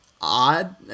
odd